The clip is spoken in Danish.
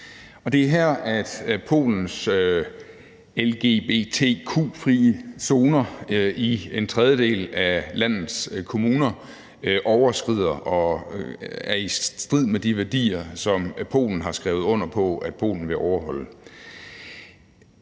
det er her, at Polens lgbtq-fri zoner i en tredjedel af landets kommuner overskrider det, er i strid med de værdier, som Polen har skrevet under på at Polen vil overholde.